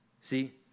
See